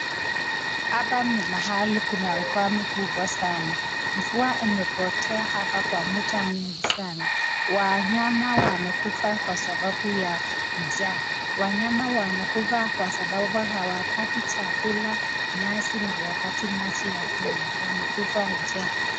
Hapa ni mahali kuna ukame kubwa sana. Mvua imepotea hapa kwa muda mwingi sana. Wanyama wamekufa kwa sababu ya njaa. Wanyama wanakufa kwa sababu hawapati chakula, nyasi na hawapati maji ya kunywa, wamekufa njaa.